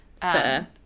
Fair